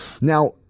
Now